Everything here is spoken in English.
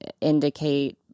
indicate